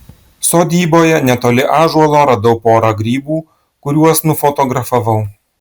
sodyboje netoli ąžuolo radau porą grybų kuriuos nufotografavau